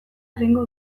egingo